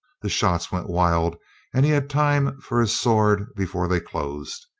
the shots went wild and he had time for his sword before they closed.